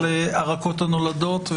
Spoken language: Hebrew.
של הרכות הנולדות.